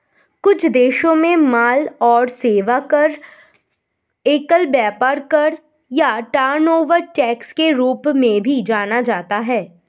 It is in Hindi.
कुछ देशों में माल और सेवा कर, एकल व्यापार कर या टर्नओवर टैक्स के रूप में भी जाना जाता है